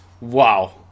wow